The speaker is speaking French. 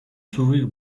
s’ouvrir